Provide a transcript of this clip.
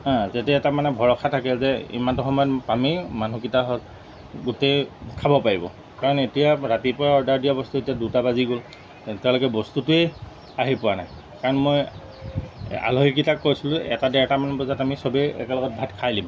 যেতিয়া এটা মানে ভৰসা থাকে যে ইমানটো সময়ত আমি মানুহকেইটা গোটেই খাব পাৰিব কাৰণ এতিয়া ৰাতিপুৱাই অৰ্ডাৰ দিয়া বস্তু এতিয়া দুটা বাজি গ'ল এতিয়ালৈকে বস্তুটোৱেই আহি পোৱা নাই কাৰণ মই আলহীকেইটাক কৈছিলোঁ এটা ডেৰটামান বজাত আমি চবেই একেলগত ভাত খাই দিম